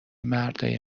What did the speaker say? مردای